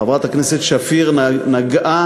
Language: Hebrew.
חברת הכנסת שפיר נגעה